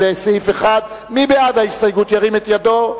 מי בעד ההסתייגות, ירים את ידו.